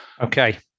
okay